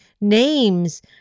names